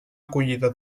acollida